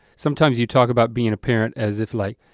sometimes you talk about being a parent as if like